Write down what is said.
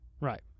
Right